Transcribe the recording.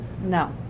No